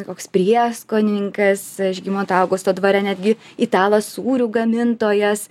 koks prieskonininkas žygimanto augusto dvare netgi italas sūrių gamintojas